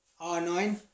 r9